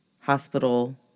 hospital